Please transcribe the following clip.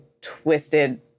twisted